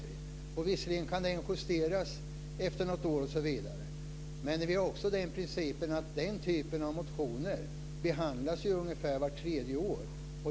Den kan visserligen justeras efter något år osv., men vi har också den principen att den här typen av motioner behandlas ungefär vart tredje år.